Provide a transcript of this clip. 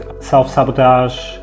self-sabotage